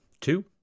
Two